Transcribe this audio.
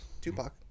Tupac